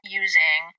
using